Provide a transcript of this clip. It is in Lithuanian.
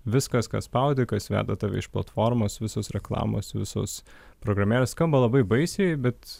viskas ką spaudi kas veda tave iš platformos visos reklamos visos programėlės skamba labai baisiai bet